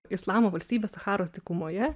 islamo valstybė sacharos dykumoje